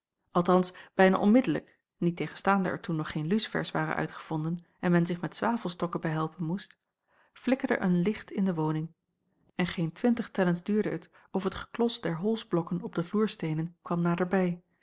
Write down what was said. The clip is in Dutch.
althans bijna onmiddellijk niettegenstaande er toen nog geen lucifers waren uitgevonden en men zich met zwavelstokken behelpen moest flikkerde er een licht in de woning en geen twintig tellens duurde het of het geklos der holsblokken op de vloersteenen kwam naderbij